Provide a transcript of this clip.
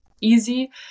easy